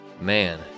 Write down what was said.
man